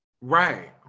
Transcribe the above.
Right